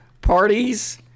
parties